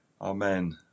Amen